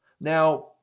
Now